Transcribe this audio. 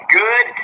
good